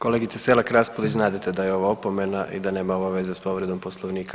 Kolegice Selak Raspudić, znadete da je ovo opomena i da nema ovo veze s povredom Poslovnika.